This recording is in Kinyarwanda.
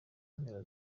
mpera